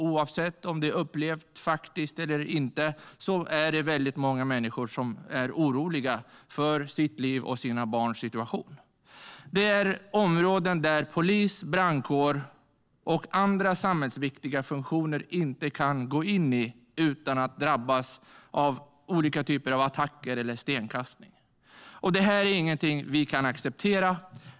Oavsett om det är upplevt och faktiskt eller inte är det väldigt många människor som är oroliga för sitt liv och för sina barns situation. Det är områden där polis, brandkår och andra samhällsviktiga funktioner inte kan gå in utan att drabbas av attacker eller stenkastning. Detta är inget vi kan acceptera.